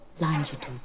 longitude